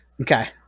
okay